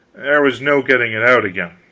there was no getting it out again.